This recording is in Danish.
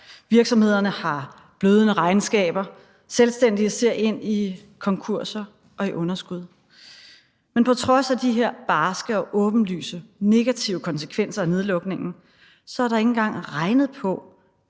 Virksomhederne har glødende regnskaber, selvstændige ser ind i konkurser og underskud, men på trods af de her barske, åbenlyse og negative konsekvenser af nedlukningen, er der ikke engang regnet på,